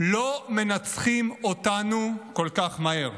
לא מנצחים אותנו כל כך מהר.